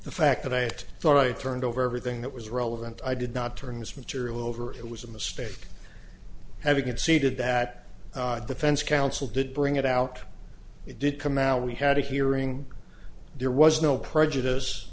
the fact that i thought i turned over everything that was relevant i did not turn this material over it was a mistake having conceded that the fence counsel did bring it out it did come out we had a hearing there was no prejudice